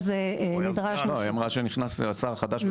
אני